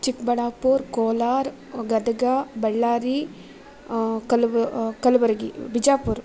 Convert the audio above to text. ಚಿಕ್ಬಳ್ಳಾಪುರ ಕೋಲಾರ ಗದಗ ಬಳ್ಳಾರಿ ಕಲುಬು ಕಲಬುರ್ಗಿ ಬಿಜಾಪುರ